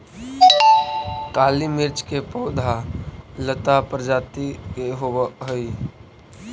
काली मिर्च के पौधा लता प्रजाति के होवऽ हइ